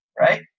right